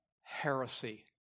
heresy